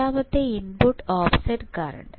രണ്ടാമത്തെ input offset current